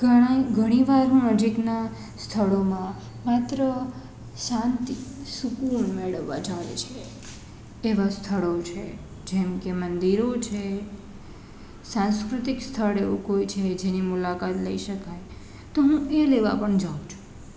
ઘણી વાર હું નજીકનાં સ્થળોમાં માત્ર શાંતિ સુકુન મેળવવાં જાય છે એવાં સ્થળો છે જેમ કે મંદિરો છે સાંસ્કૃતિક સ્થળ એવું કોઈ છે જેની મુલાકાત લઈ શકાય તો હું એ લેવાં પણ જાઉં છું